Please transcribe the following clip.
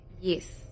yes